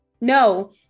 No